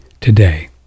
today